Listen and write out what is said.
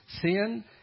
sin